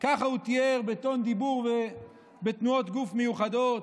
ככה הוא תיאר, בטון דיבור ובתנועות גוף מיוחדות.